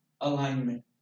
alignment